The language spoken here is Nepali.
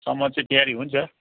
सम्म चाहिँ तयारी हुन्छ